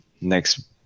next